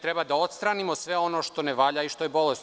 Treba da odstranimo sve ono što ne valja i što je bolesno.